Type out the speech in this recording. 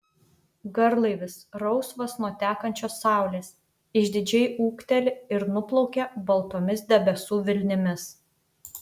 garlaivis rausvas nuo tekančios saulės išdidžiai ūkteli ir nuplaukia baltomis debesų vilnimis